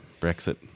Brexit